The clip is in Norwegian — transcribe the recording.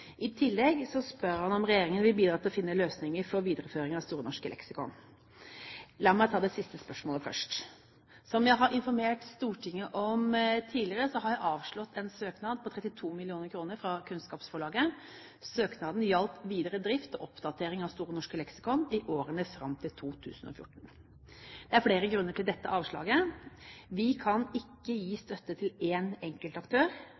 I tillegg spør han om regjeringen vil bidra til å finne løsninger for videreføring av Store norske leksikon. La meg ta det siste spørsmålet først. Som jeg har informert Stortinget om tidligere, har jeg avslått en søknad på 32 mill. kr fra Kunnskapsforlaget. Søknaden gjaldt videre drift og oppdatering av Store norske leksikon i årene fram til 2014. Det er flere grunner til dette avslaget. Vi kan ikke gi